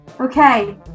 Okay